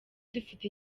dufite